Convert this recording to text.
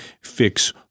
fix